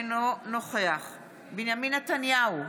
אינו נוכח בנימין נתניהו,